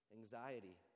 anxiety